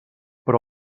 però